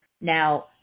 Now